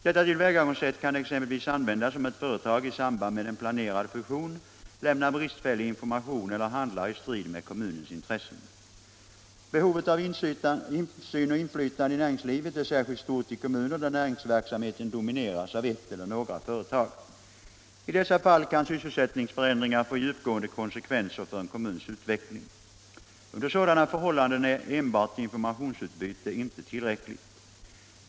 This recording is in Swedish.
Detta tillvägagångssätt kan exempelvis användas om ett företag i samband med en planerad fusion lämnar bristfällig information eller handlar i strid med kommunens intressen. Behovet av insyn och inflytande i näringslivet är särskilt stort i kommuner där näringsverksamheten domineras av ett eller några företag. I dessa fall kan sysselsättningsförändringar få djupgående konsekvenser för en kommuns utveckling. Under sådana förhållanden är enbart informationsutbyte inte tillräckligt.